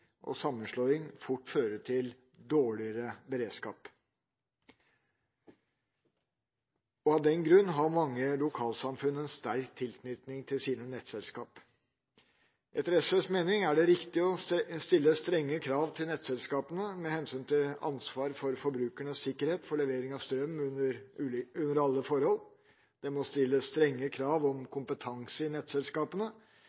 og sammenslåing fort føre til dårligere beredskap. Av den grunn har mange lokalsamfunn en sterk tilknytning til sine nettselskap. Etter SVs mening er det riktig å stille strenge krav til nettselskapene med hensyn til ansvar for forbrukernes sikkerhet, for levering av strøm under alle forhold. Det må stilles strenge krav om